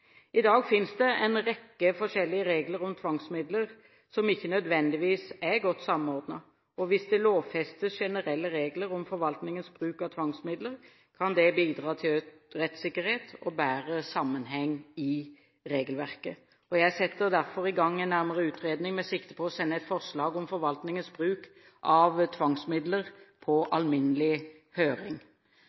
I dag finnes det en rekke forskjellige regler om tvangsmidler som ikke nødvendigvis er godt samordnet, og hvis det lovfestes generelle regler om forvaltningens bruk av tvangsmidler, kan det bidra til økt rettssikkerhet og bedre sammenheng i regelverket. Jeg setter derfor i gang en nærmere utredning med sikte på å sende et forslag om forvaltningens bruk av tvangsmidler på alminnelig høring.